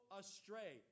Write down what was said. astray